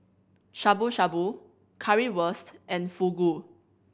Shabu Shabu Currywurst and Fugu